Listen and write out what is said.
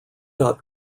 dot